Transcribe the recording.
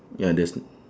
ya there's n~